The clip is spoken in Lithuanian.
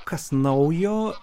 kas naujo